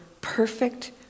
perfect